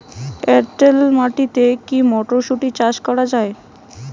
এটেল মাটিতে কী মটরশুটি চাষ করা য়ায়?